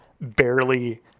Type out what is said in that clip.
barely